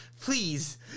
please